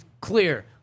clear